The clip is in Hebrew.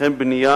וכן בנייה